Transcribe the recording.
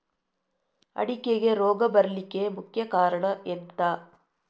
ಅಡಿಕೆಗೆ ರೋಗ ಬರ್ಲಿಕ್ಕೆ ಮುಖ್ಯ ಕಾರಣ ಎಂಥ?